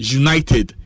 united